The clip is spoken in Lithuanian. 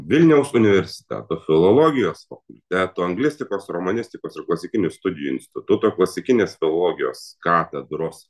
vilniaus universiteto filologijos fakulteto anglistikos romanistikos ir klasikinių studijų instituto klasikinės filologijos katedros